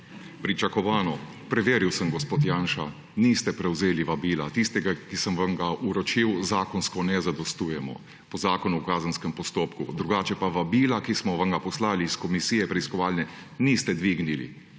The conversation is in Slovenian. Pričakovano. Preveril sem, gospod Janša, niste prevzeli vabila. Tistega, ki sem vam ga vročil, zakonsko ne zadostujemo, po Zakonu o kazenskem postopku. Drugače pa, vabila, ki smo vam ga poslali iz preiskovalne komisije, niste dvignili.